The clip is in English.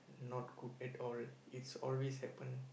not good at all it's always happen